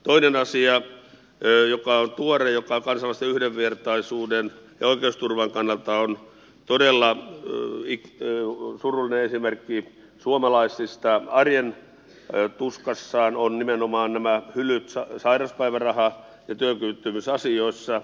toinen asia joka on tuore ja joka on kansalaisten yhdenvertaisuuden ja oikeusturvan kannalta todella surullinen esimerkki suomalaisista arjen tuskassaan on nimenomaan nämä hylyt sairauspäiväraha ja työkyvyttömyysasioissa